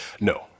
No